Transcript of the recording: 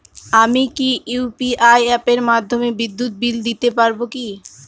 আমি কি ইউ.পি.আই অ্যাপের মাধ্যমে বিদ্যুৎ বিল দিতে পারবো কি?